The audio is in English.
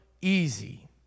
easy